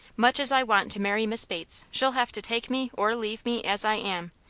much as i want to marry miss bates, she'll have to take me or leave me as i am.